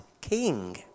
king